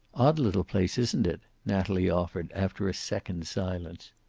odd little place, isn't it? natalie offered after a second's silence.